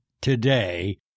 today